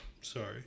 Sorry